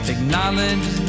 Acknowledge